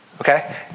Okay